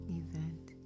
event